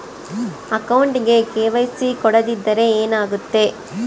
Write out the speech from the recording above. ಅಕೌಂಟಗೆ ಕೆ.ವೈ.ಸಿ ಕೊಡದಿದ್ದರೆ ಏನಾಗುತ್ತೆ?